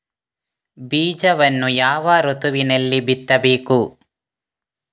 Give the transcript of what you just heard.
ಬೀಜವನ್ನು ಯಾವ ಋತುವಿನಲ್ಲಿ ಬಿತ್ತಬೇಕು?